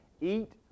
eat